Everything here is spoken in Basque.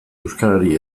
euskarari